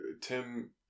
Tim